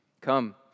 Come